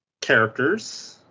characters